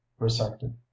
resected